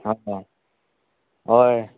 ꯑꯥ ꯍꯣꯏ